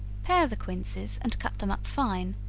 pare the quinces and cut them up fine,